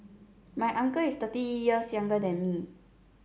my uncle is thirty years younger than me